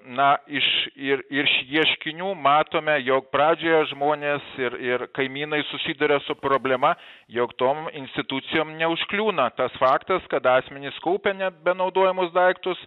na iš ir iš ieškinių matome jog pradžioje žmonės ir ir kaimynai susiduria su problema jog tom institucijom neužkliūna tas faktas kad asmenys kaupia nebenaudojamus daiktus